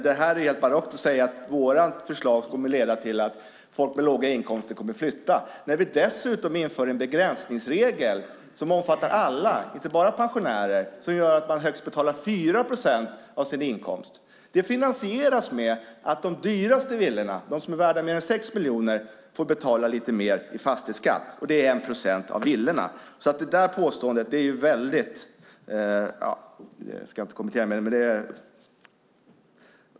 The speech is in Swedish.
Det är helt barockt att säga att våra förslag kommer att leda till att folk med låga inkomster kommer att flytta, när vi dessutom inför en begränsningsregel som omfattar alla, inte bara pensionärer, och gör att man högst betalar 4 procent av sin inkomst. Detta finansieras med att de dyraste villorna, de som är värda mer än 6 miljoner, får betala lite mer i fastighetsskatt. Det gäller 1 procent av villorna. Det där påståendet är väldigt upprörande, rent ut sagt.